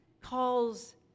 calls